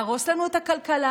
להרוס לנו את הכלכלה,